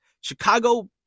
Chicago